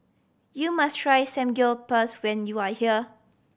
you must try Samgyeopsal when you are here